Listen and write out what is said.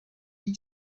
die